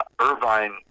Irvine